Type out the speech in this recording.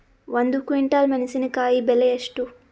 ಒಂದು ಕ್ವಿಂಟಾಲ್ ಮೆಣಸಿನಕಾಯಿ ಬೆಲೆ ಎಷ್ಟು?